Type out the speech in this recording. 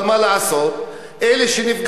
אבל מה לעשות, אלה שנפגעים,